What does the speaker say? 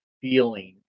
feeling